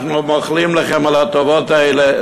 אנחנו מוחלים לכם על הטובות האלה.